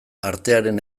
artearen